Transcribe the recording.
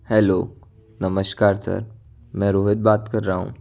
hello नमस्कार sir मैं रोहित बात कर रहा हूँ